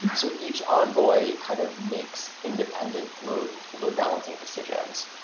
yeah so each envoy kind of makes independent load load balancing decisions.